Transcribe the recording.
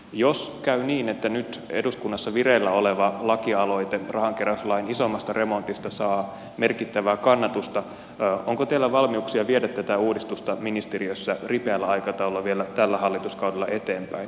jos käy niin että nyt eduskunnassa vireillä oleva lakialoite rahankeräyslain isommasta remontista saa merkittävää kannatusta onko teillä valmiuksia viedä tätä uudistusta ministeriössä ripeällä aikataululla vielä tällä hallituskaudella eteenpäin